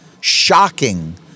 shocking